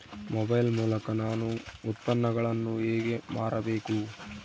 Mobile ಮೂಲಕ ನಾನು ಉತ್ಪನ್ನಗಳನ್ನು ಹೇಗೆ ಮಾರಬೇಕು?